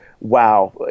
wow